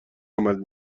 عمل